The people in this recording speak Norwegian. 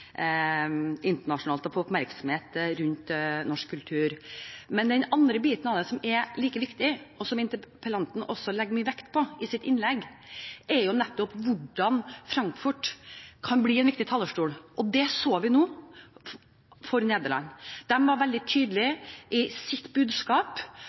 internasjonalt og skape oppmerksomhet rundt norsk kultur. Det andre, som er like viktig, og som interpellanten også legger mye vekt på i sitt innlegg, er nettopp hvordan Frankfurt kan bli en viktig talerstol. Det så vi nå for Nederland. De var veldig